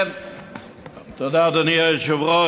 כן, תודה, אדוני היושב-ראש.